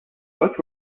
both